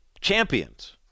champions